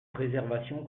préservation